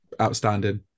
outstanding